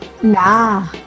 Nah